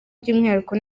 by’umwihariko